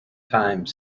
time